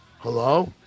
Hello